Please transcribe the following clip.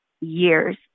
years